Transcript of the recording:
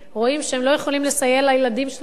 רואים שהם לא יכולים לסייע לילדים שלהם,